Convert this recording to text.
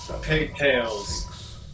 pigtails